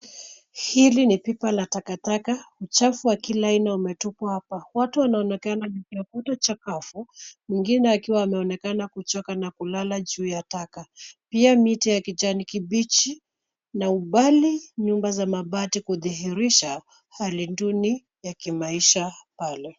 Hili ni pipa la takataka .Uchafu wa Kila aina umetupwa hapa. Watu wanaonekana wakitafuta chakafu mwingine akiwa ameonekana kuchoka na kulala juu ya taka. Pia miti ya kijani kibichi na umbali nyumba za mabati kudhihirisha hali duni ya kimaisha pale.